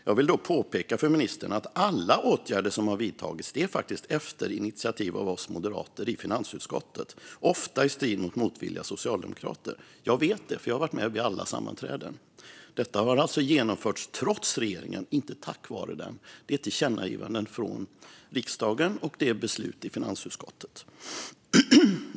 Jag vill då påpeka för ministern att alla dessa åtgärder har vidtagits efter initiativ från oss moderater i finansutskottet, ofta i strid med motvilliga socialdemokrater. Jag vet det, för jag har varit med vid alla sammanträden. Detta har genomförts trots regeringen, inte tack vare den. Det är fråga om tillkännagivanden från riksdagen och beslut i finansutskottet.